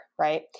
right